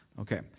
Okay